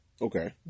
Okay